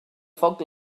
foc